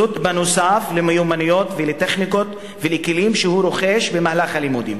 זאת נוסף על מיומנויות וטכניקות וכלים שהוא רוכש במהלך הלימודים.